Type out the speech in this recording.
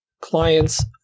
clients